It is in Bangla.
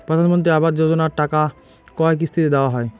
প্রধানমন্ত্রী আবাস যোজনার টাকা কয় কিস্তিতে দেওয়া হয়?